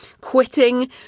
quitting